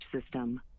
system